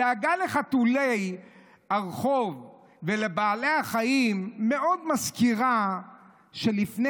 הדאגה לחתולי הרחוב ולבעלי החיים מזכירה מאוד שלפני